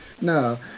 no